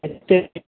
एतेक ई